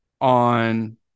on